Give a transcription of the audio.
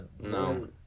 No